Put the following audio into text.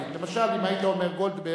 למשל אם היית אומר גולדברג,